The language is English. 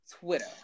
Twitter